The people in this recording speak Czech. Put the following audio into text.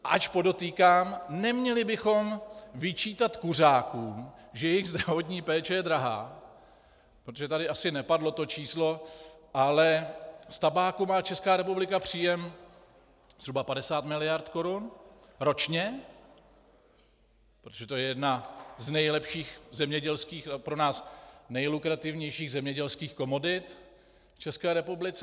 Ač podotýkám, neměli bychom vyčítat kuřákům, že jejich zdravotní péče je drahá, protože tady asi nepadlo to číslo, ale z tabáku má Česká republika příjem zhruba 50 miliard korun ročně, protože to je jedna z nejlepších zemědělských, pro nás nejlukrativnějších zemědělských komodit v České republice.